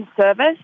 service